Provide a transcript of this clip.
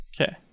Okay